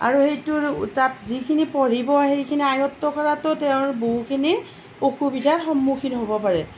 আৰু সেইটোৰ তাত যিখিনি পঢ়িব সেইখিনি আয়ত্ত কৰাতো তেওঁ বহুখিনি অসুবিধাৰ সন্মুখীন হ' ব পাৰে